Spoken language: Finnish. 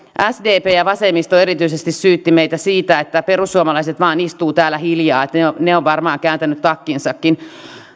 sdp ja vasemmisto erityisesti syyttivät meitä siitä että perussuomalaiset vain istuvat täällä hiljaa että ne ovat varmaan kääntäneet takkinsakin